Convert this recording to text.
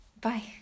bye